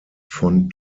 von